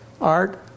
art